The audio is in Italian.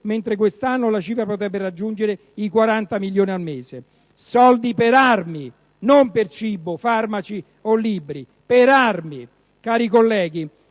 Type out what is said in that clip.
mentre quest'anno la cifra potrebbe raggiungere i 40 milioni al mese. Soldi per armi, non per cibo, farmaci o libri! Cari colleghi,